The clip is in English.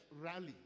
rally